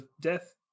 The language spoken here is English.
Death